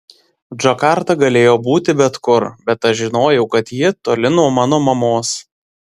džakarta galėjo būti bet kur bet aš žinojau kad ji toli nuo mano mamos